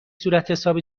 صورتحساب